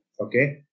Okay